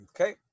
Okay